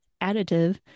additive